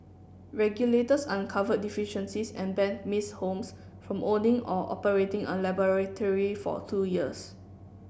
regulators uncovered deficiencies and ban Miss Holmes from owning or operating a laboratory for two years